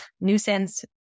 nuisance